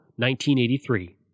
1983